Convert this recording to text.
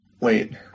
Wait